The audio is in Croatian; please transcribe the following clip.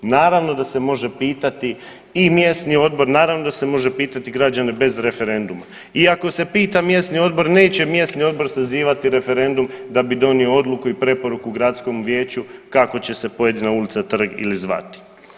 Naravno da se može pitati i mjesni odbor, naravno da se može pitati građane bez referenduma i ako se pita mjesni odbor, neće mjesni odbor sazivati referendum da bi donio odluku i preporuku gradskom vijeću kako će se pojedina ulica, trg ili zvati.